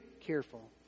careful